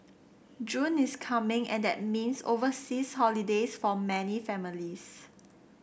June is coming and that means overseas holidays for many families